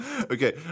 Okay